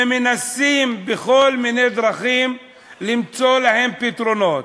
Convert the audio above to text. ומנסים בכל מיני דרכים למצוא להם פתרונות.